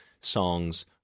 songs